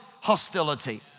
hostility